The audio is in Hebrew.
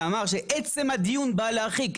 שאמר שעצם הדיון בא להרחיק,